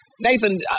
Nathan